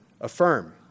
affirm